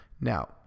Now